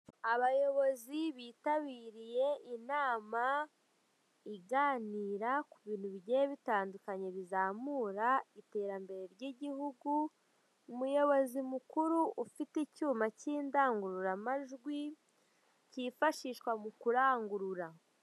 Abayobozi bitabiriye inama iganira ku bintu bigiye bitandukanye bizamura iterambere ry'igihugu, umuyobozi mukuru ufite icyuma cy'indangururamajwi, kifashishwa mu kurangurura.